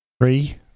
three